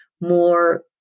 more